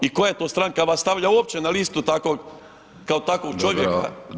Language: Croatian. I koja to stranka vas stavlja uopće na listu takvog kao takvog čovjeka…